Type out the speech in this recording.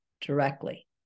directly